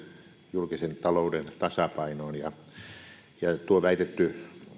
julkisen talouden tasapainoon ja tuota väitettyä